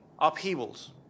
upheavals